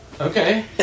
okay